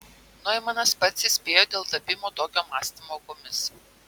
noimanas pats įspėjo dėl tapimo tokio mąstymo aukomis